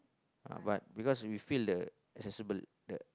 but because we feel the accessible the